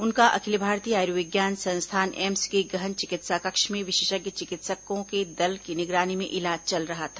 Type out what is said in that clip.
उनका अखिल भारतीय आयुर्विज्ञान संस्थान एम्स के गहन चिकित्सा कक्ष में विशेषज्ञ चिकित्सकों के दल की निगरानी में इलाज चल रहा था